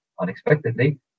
unexpectedly